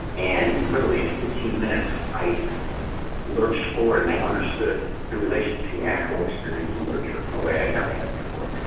and literally in fifteen minutes, i lurched forward and i understood the relationship between yeah actual experience in literature in a way i never had before.